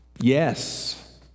yes